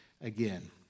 again